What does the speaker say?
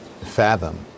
fathom